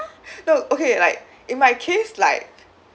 no okay like in my case like